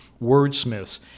wordsmiths